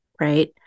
right